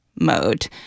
mode